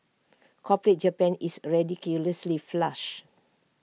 corporate Japan is A ridiculously flush